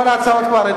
כל ההצעות כבר,